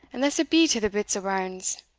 unless it be to the bits o' bairns.